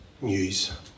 news